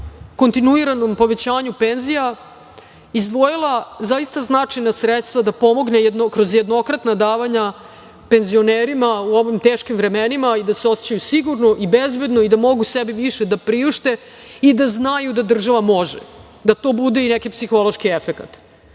kontinuiranom povećanju penzija izdvojila zaista značajna sredstva da pomogne kroz jednokratna davanja penzionerima u ovim teškim vremenima da se osećaju sigurno i bezbedno, da mogu sebi više da priušte i da znaju da država može, da to bude i neki psihološki efekat,